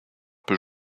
peut